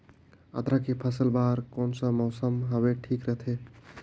अदरक के फसल बार कोन सा मौसम हवे ठीक रथे?